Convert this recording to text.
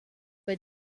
but